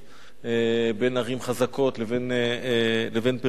בין ערים חזקות לבין פריפריה.